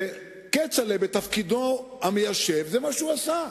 וכצל'ה, בתפקידו המיישב, זה מה שהוא עשה.